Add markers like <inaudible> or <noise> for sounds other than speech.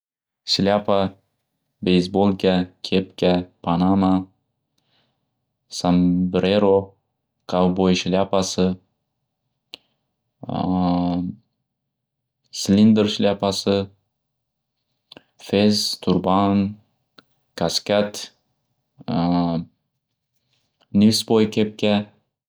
Shlyapa, bezbo'lka, kepka, panama, sandrero, kavbo'y shlyapasi, <hesitation> slindr shlyapasi, festurban kaskad, <hesitation> nispoy kepka.